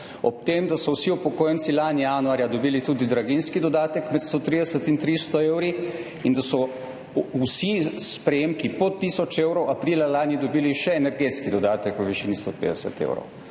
ob tem, da so vsi upokojenci lani januarja dobili tudi draginjski dodatek med 130 in 300 evri in da so vsi s prejemki pod tisoč evrov aprila lani dobili še energetski dodatek v višini 150 evrov.